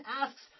asks